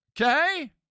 okay